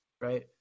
right